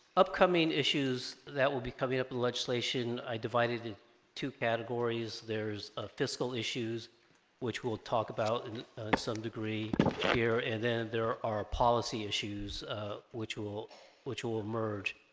upcoming issues that will be coming up in the legislation i divided in two categories there's ah fiscal issues which we'll talk about and some degree here and then there are policy issues which will which will emerge